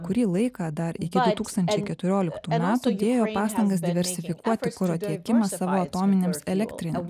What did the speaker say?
kurį laiką dar iki du tūkstančiai keturioliktų metų dėjo pastangas diversifikuoti kuro tiekimą savo atominėms elektrinėms